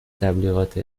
تبلیغات